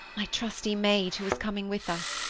my trusty maid, who is coming with us.